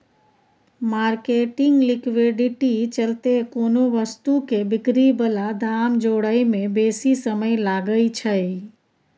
marketing liquidity चलते कोनो वस्तु के बिक्री बला दाम जोड़य में बेशी समय लागइ छइ